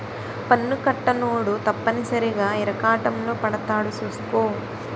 పన్ను కట్టనోడు తప్పనిసరిగా ఇరకాటంలో పడతాడు సూసుకో